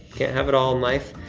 can't have it all in life.